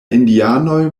indianoj